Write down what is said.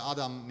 Adam